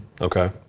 okay